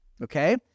Okay